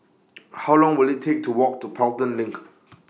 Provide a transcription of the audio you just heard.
How Long Will IT Take to Walk to Pelton LINK